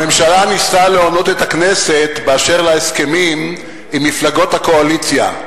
הממשלה ניסתה להונות את הכנסת באשר להסכמים עם מפלגות הקואליציה,